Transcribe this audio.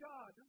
God